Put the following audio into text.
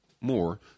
More